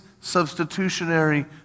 substitutionary